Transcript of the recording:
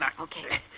Okay